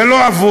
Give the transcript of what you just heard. זה לא אבוד,